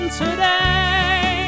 today